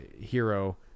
hero